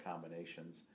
combinations